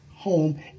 Home